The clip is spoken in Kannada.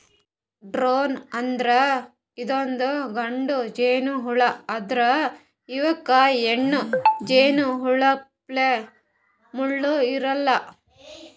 ಡ್ರೋನ್ ಅಂದ್ರ ಇದೊಂದ್ ಗಂಡ ಜೇನಹುಳಾ ಆದ್ರ್ ಇವಕ್ಕ್ ಹೆಣ್ಣ್ ಜೇನಹುಳಪ್ಲೆ ಮುಳ್ಳ್ ಇರಲ್ಲಾ